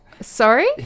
Sorry